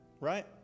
right